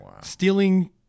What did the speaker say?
stealing